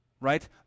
Right